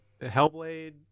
hellblade